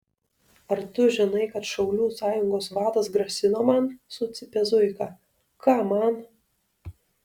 ar tu žinai kad šaulių sąjungos vadas grasino man sucypė zuika ką man